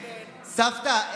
סבתא,